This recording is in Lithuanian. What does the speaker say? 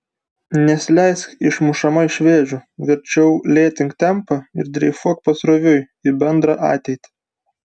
nesileisk išmušama iš vėžių verčiau lėtink tempą ir dreifuok pasroviui į bendrą ateitį